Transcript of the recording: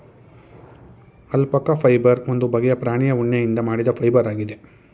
alpaca fibre ಒಂದು ಬಗ್ಗೆಯ ಪ್ರಾಣಿಯ ಉಣ್ಣೆಯಿಂದ ಮಾಡಿದ ಫೈಬರ್ ಆಗಿದೆ